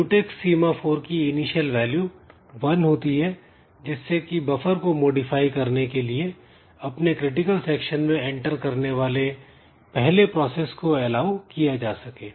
mutex semaphore की initial value one होती है जिससे कि बफर को मॉडिफाई करने के लिए अपने क्रिटिकल सेक्शन में एंटर करने वाले पहले प्रोसेस को एलाऊ किया जा सके